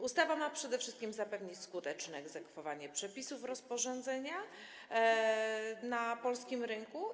Ustawa ma przede wszystkim zapewnić skuteczne egzekwowanie przepisów rozporządzenia na polskim rynku.